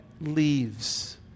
leaves